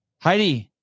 Heidi